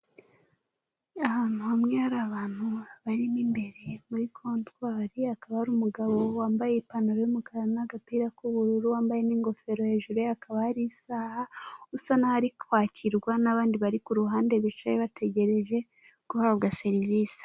Ahantu hamwe hari abantu barimo imbere muri kontari hakaba hari umugabo wambaye ipantaro y'umukara n'agapira k'ubururu, wambaye n'ingofero hejuru ye hakaba hari isaha usa naho ari kwakirwa n'abandi bari ku ruhande bicaye bategereje guhabwa serivisi.